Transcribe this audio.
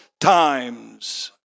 times